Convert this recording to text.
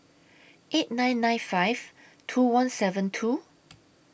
eight nine nine five two one seven two